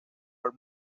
her